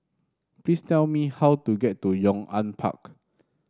please tell me how to get to Yong An Park